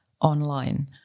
online